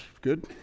good